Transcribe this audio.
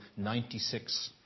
96